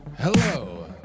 Hello